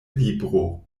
libro